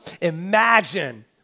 Imagine